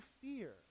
fear